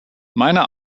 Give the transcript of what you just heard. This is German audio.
meiner